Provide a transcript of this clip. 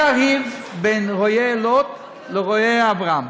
היה ריב בין רועי לוט לרועי אברהם.